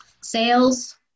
Sales